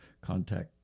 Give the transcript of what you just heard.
contact